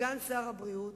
סגן שר הבריאות?